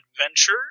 adventure